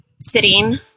sitting